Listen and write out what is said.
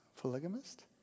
Polygamist